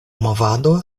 movado